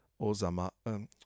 Osama